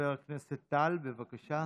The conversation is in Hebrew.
חבר הכנסת טל, בבקשה.